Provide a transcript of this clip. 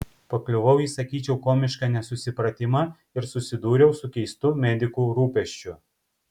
pakliuvau į sakyčiau komišką nesusipratimą ir susidūriau su keistu medikų rūpesčiu